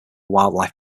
wildlife